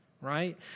Right